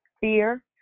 Fear